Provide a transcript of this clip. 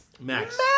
Max